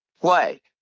play